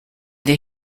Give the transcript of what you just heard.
they